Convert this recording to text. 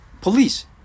police